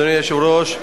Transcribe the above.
אדוני היושב-ראש,